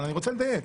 אבל אני רוצה לדייק.